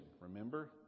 Remember